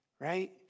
Right